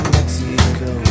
Mexico